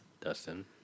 Dustin